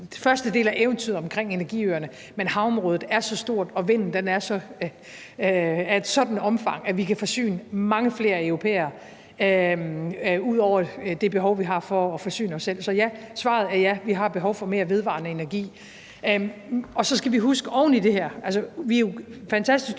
første del af eventyret omkring energiøerne. Men havområdet er så stort, og vinden er af et sådant omfang, at vi kan forsyne mange flere europæere ud over det behov, vi har for at forsyne os selv. Så svaret er ja, vi har behov for mere vedvarende energi. Og så skal vi oven i det her med, at vi jo er fantastisk dygtige